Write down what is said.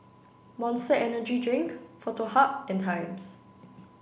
Monster Energy Drink Foto Hub and Times